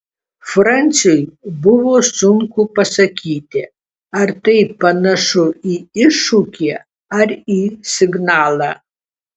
franciui buvo sunku pasakyti ar tai panašu į iššūkį ar į signalą